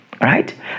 right